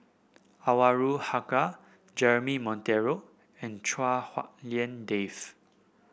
Anwarul Haque Jeremy Monteiro and Chua Hak Lien Dave